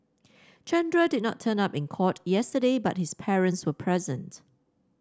Chandra did not turn up in court yesterday but his parents were present